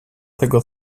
tego